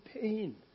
pain